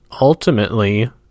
ultimately